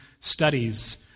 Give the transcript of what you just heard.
studies